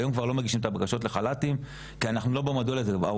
היום כבר לא מגישים את הבקשות לחל"תים כי אנחנו לא במודל הזה והעובדות